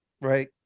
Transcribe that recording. right